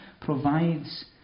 provides